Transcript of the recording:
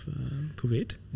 Kuwait